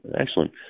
Excellent